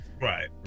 right